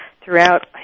throughout